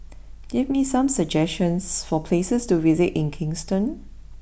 give me some suggestions for places to visit in Kingston